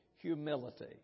Humility